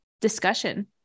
discussion